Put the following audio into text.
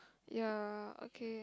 ya okay